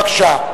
בבקשה.